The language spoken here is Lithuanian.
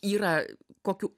yra kokių